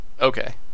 Okay